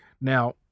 Now